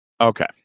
Okay